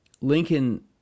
Lincoln